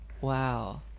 Wow